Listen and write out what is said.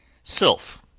sylph,